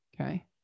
okay